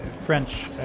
French